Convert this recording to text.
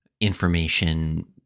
information